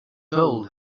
hole